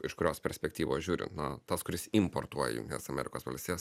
iš kurios perspektyvos žiūrint na tas kuris importuoja į jungtines amerikos valstijas